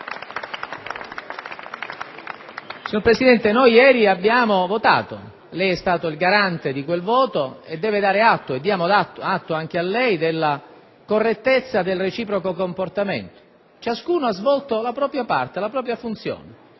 Signor Presidente, ieri abbiamo votato, lei è stato il garante di quel voto e deve darci atto, come lo diamo a lei, della correttezza del reciproco comportamento. Ciascuno ha svolto la propria parte, la propria funzione,